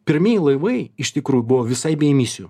pirmieji laivai iš tikrųjų buvo visai bei emisijų